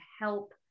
help